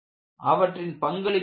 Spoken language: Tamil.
அவற்றின் பங்களிப்பு என்ன